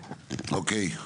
אוקיי.